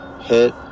hit